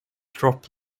drop